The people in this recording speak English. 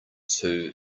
two